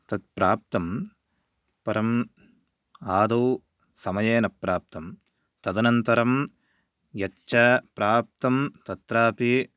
तत्प्राप्तं परम् आदौ समये न प्राप्तं तदनन्तरं यच्च प्राप्तं तत्रापि